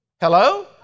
Hello